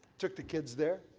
took the kids there.